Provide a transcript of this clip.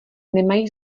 nemají